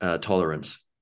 tolerance